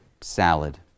salad